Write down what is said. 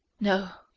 no,